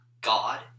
God